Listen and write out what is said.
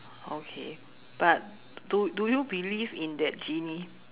okay but do you believe in that genie